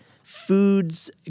foods